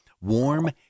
Warm